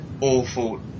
awful